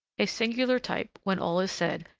a singular type, when all is said,